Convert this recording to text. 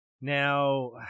Now